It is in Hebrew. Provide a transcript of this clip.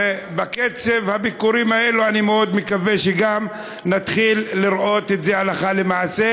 ובקצב הביקורים הזה אני מאוד מקווה שגם נתחיל לראות את זה הלכה למעשה,